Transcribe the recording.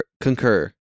concur